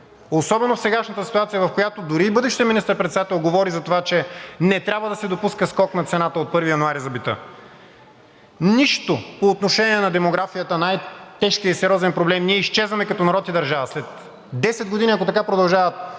Особено в сегашната ситуация, в която дори и бъдещият министър-председател говори за това, че не трябва да се допуска скок на цената за бита от 1 януари. Нищо по отношение на демографията – най-тежкият и сериозен проблем. Ние изчезваме като народ и държава. След 10 години, ако така продължават